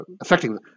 affecting